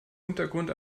untergrund